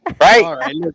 Right